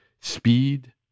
speed